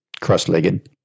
cross-legged